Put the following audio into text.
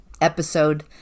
episode